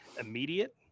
immediate